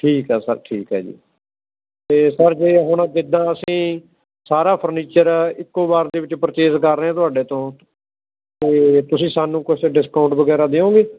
ਠੀਕ ਹੈ ਸਰ ਠੀਕ ਹੈ ਜੀ ਅਤੇ ਸਰ ਜੇ ਹੁਣ ਜਿੱਦਾਂ ਅਸੀਂ ਸਾਰਾ ਫਰਨੀਚਰ ਇੱਕੋ ਵਾਰ ਦੇ ਵਿੱਚ ਪਰਚੇਸ ਕਰ ਰਹੇ ਹਾਂ ਤੁਹਾਡੇ ਤੋਂ ਤਾਂ ਤੁਸੀਂ ਸਾਨੂੰ ਕੁਛ ਡਿਸਕਾਊਂਟ ਵਗੈਰਾ ਦਿਓਂਗੇ